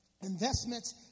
investments